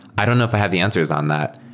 i don't know if i have the answers on that.